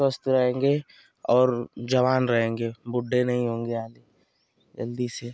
स्वस्थ रहेंगे और जवान रहेंगे बुड्ढे नहीं होंगे आदि जल्दी से